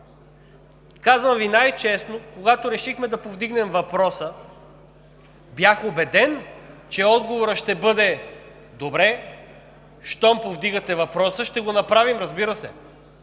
Казвам Ви най-честно, когато решихме да повдигнем въпроса, бях убеден, че отговорът ще бъде: „Добре, щом повдигате въпроса, ще го направим, разбира се.“